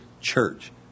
church